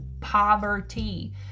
Poverty